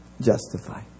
Justify